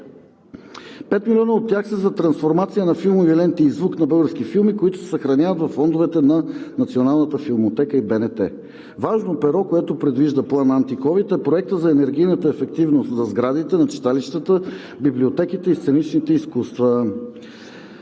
Пет милиона от тях са за трансформация на филмови ленти и звук на български филми, които се съхраняват във фондовете на Националната филмотека и БНТ. Важно перо, което предвижда Планът "Антиковид" е Проектът за енергийната ефективност в сградите на читалищата, библиотеките и сценичните изкуства.